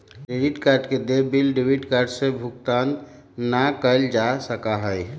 credit card के देय bill debit card से भुगतान ना कइल जा सका हई